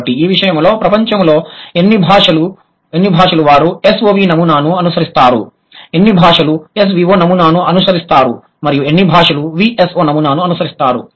కాబట్టి ఈ విషయంలో ప్రపంచంలో ఎన్ని భాషలు వారు SOV నమూనాను అనుసరిస్తారు ఎన్ని భాషలు SVO నమూనాను అనుసరిస్తారు మరియు ఎన్ని భాషలు VSO నమూనాను అనుసరిస్తారు